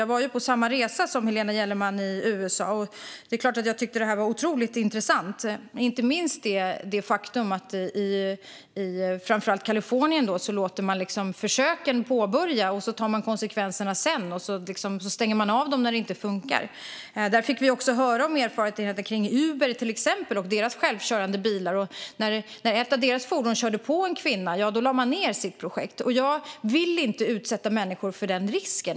Jag var på samma resa som Helena Gellerman i USA. Det är klart att jag tyckte att detta var otroligt intressant, inte minst det faktum att man framför allt i Kalifornien låter försöken påbörjas och tar konsekvenserna sedan. Man stänger av dem när det inte funkar. Där fick vi också höra om erfarenheterna från till exempel Uber och deras självkörande bilar. När ett av deras fordon körde på en kvinna lade man ned sitt projekt. Jag vill inte utsätta människor för denna risk.